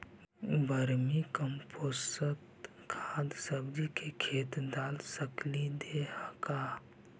Vermi compost खाद सब्जी के खेत दाल सकली हे का?